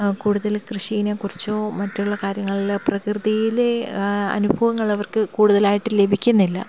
കൂടുതൽ കൃഷിയെ കുറിച്ചോ മറ്റുള്ള കാര്യങ്ങളിൽ പ്രകൃതിയിലെ അനുഭവങ്ങൾ അവർക്ക് കൂടുതലായിട്ട് ലഭിക്കുന്നില്ല